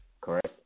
correct